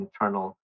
internal